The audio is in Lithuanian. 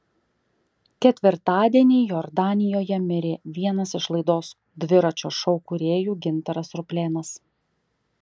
ketvirtadienį jordanijoje mirė vienas iš laidos dviračio šou kūrėjų gintaras ruplėnas